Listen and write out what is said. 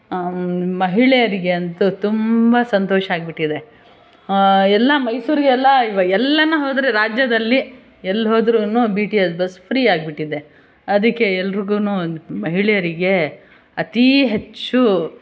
ಮಹಿಳೆಯರಿಗೆ ಅಂತೂ ತುಂಬ ಸಂತೋಷ ಆಗಿಬಿಟ್ಟಿದೆ ಎಲ್ಲ ಮೈಸೂರಿಗೆಲ್ಲ ಈವಾಗ ಎಲ್ಲನೂ ಹೋದರು ರಾಜ್ಯದಲ್ಲಿ ಎಲ್ಲಿ ಹೋದ್ರೂ ಬಿ ಟಿ ಎಸ್ ಬಸ್ ಫ್ರಿಯಾಗ್ಬಿಟ್ಟಿದೆ ಅದಕ್ಕೆ ಎಲ್ರಿಗೂ ಮಹಿಳೆಯರಿಗೆ ಅತೀ ಹೆಚ್ಚು